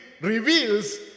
reveals